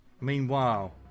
meanwhile